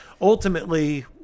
ultimately